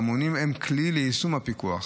והמונים הם כלי ליישום הפיקוח.